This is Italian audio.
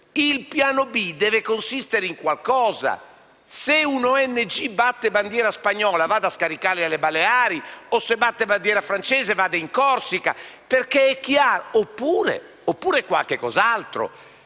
il piano B deve consistere in qualcosa. Se una ONG batte bandiera spagnola, vada a scaricarli alle Baleari o, se batte bandiera francese, vada in Corsica. Oppure, ci può essere qualcos'altro,